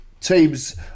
teams